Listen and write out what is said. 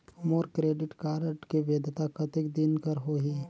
मोर credit card के वैधता कतेक दिन कर होही?